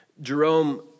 Jerome